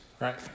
Right